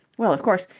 well, of course,